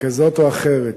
כזאת או אחרת.